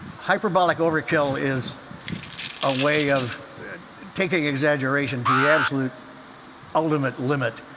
hyperbolic overkill is a way of taking exaggeration to the absolute ultimate limit,